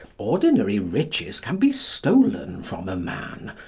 ordinary riches can be stolen from a man.